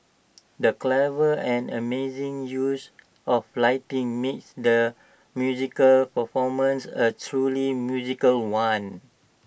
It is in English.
the clever and amazing use of lighting made the musical performance A truly magical one